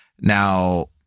now